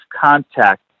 contact